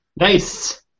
Nice